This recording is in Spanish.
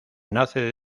nace